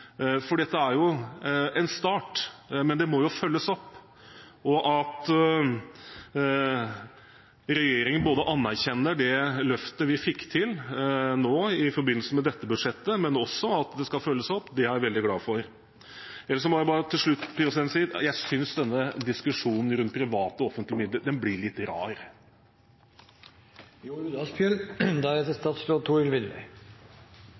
for dette er jo en start, men det må følges opp. At regjeringen ikke bare anerkjenner det løftet vi fikk til nå i forbindelse med dette budsjettet, men også at det skal følges opp, det er jeg veldig glad for. Ellers må jeg bare til slutt si at jeg synes denne diskusjonen rundt private og offentlige midler blir litt